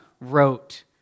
wrote